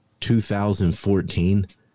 2014